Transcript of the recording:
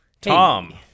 Tom